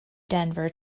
denver